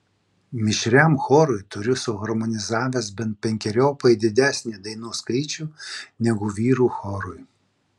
mišriam chorui turiu suharmonizavęs bent penkeriopai didesnį dainų skaičių negu vyrų chorui